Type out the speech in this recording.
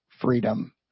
freedom